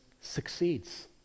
succeeds